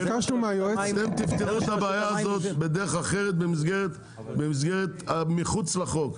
אתם תפתרו את הבעיה הזאת בדרך אחרת מחוץ לחוק.